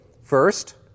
first